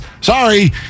sorry